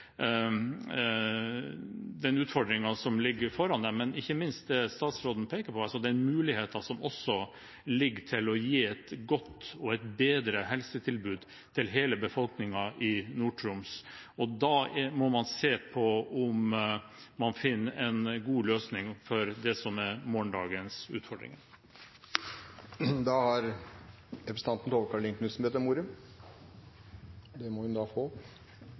den utfordringen som ligger foran dem, men ikke minst – som statsråden peker på – den muligheten som også ligger der til å gi et godt og bedre helsetilbud til hele befolkningen i Nord-Troms. Og da må man se om man kan finne en god løsning for det som er morgendagens utfordringer. Jeg må bare beriktige litt, som representanten Korsberg sa. For det første: At regionrådet i Nord-Troms har